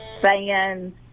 fans